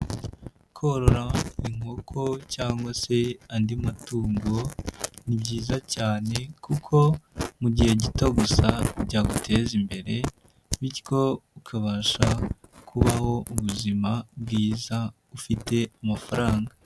Korora inkoko cyangwa se andi matungo ni byiza cyane kuko mu gihe gito gusa byaguteza imbere, bityo ukabasha kubaho ubuzima bwiza ufite amafaranga.